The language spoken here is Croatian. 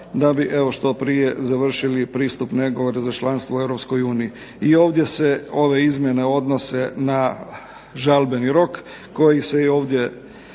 da bi što prije završili pristupne pregovore za članstvo u EU. I ovdje se ove izmjene odnose na žalbeni rok koji se i ovdje